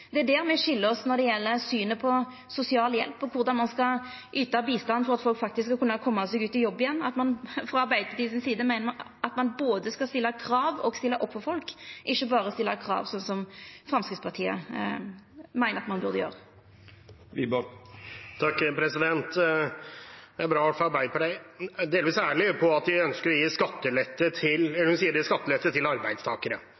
Det er det som skil oss når det gjeld synet på sosialhjelp og korleis ein skal yta bistand for at folk faktisk skal kunna koma seg ut i jobb igjen. Frå Arbeidarpartiets side meiner me at ein både skal stilla krav og stilla opp for folk, ikkje berre stilla krav, slik som Framstegspartiet meiner at ein burde gjera. Det er i hvert fall bra at Arbeiderpartiet er delvis ærlige om at de ønsker å gi skattelette til